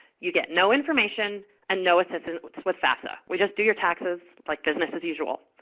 you get no information and no assistance with with fafsa. we just do your taxes like business as usual.